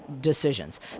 decisions